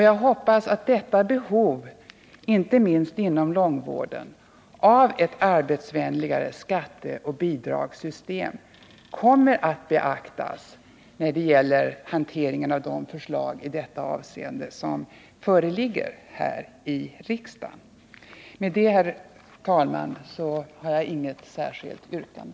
Jag hoppas att detta behov, inte minst inom långvården, av ett arbetsvänligare skatteoch bidragssystem kommer att beaktas när det gäller hanteringen av de förslag i detta avseende som föreligger här i riksdagen. Med detta, herr talman, har jag inget särskilt yrkande.